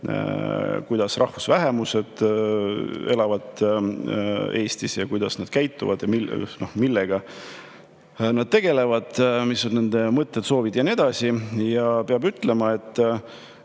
kuidas rahvusvähemused Eestis elavad, kuidas nad käituvad ja millega nad tegelevad, mis on nende mõtted, soovid ja nii edasi. Peab ütlema, et